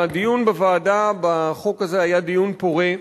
הדיון בוועדה בחוק הזה היה דיון פורה.